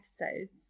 episodes